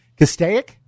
Castaic